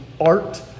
art